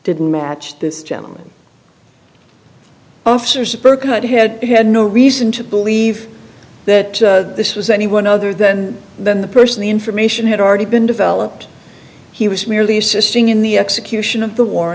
didn't match this gentleman officers a burqa to had had no reason to believe that this was anyone other than than the person the information had already been developed he was merely assisting in the execution of the war